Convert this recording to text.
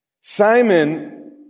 Simon